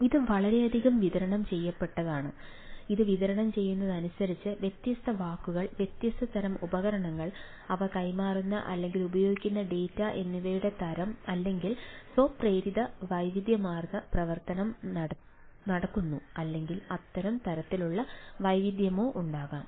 അതിനാൽ ഇത് വളരെയധികം വിതരണം ചെയ്യപ്പെട്ടതാണ് ഇത് വിതരണം ചെയ്യുന്നതിനനുസരിച്ച് വ്യത്യസ്ത വസ്തുക്കൾ വ്യത്യസ്ത തരം ഉപകരണങ്ങൾ അവ കൈമാറുന്ന അല്ലെങ്കിൽ ഉപയോഗിക്കുന്ന ഡാറ്റ എന്നിവയുടെ തരം അല്ലെങ്കിൽ സ്വപ്രേരിത വൈവിധ്യമാർന്ന പ്രവർത്തനം നടക്കുന്നു അല്ലെങ്കിൽ അത്തരം തരത്തിലുള്ള വൈവിധ്യമോ ഉണ്ടാകാം